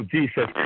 Jesus